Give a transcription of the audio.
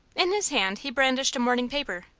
in his hand he brandished a morning paper.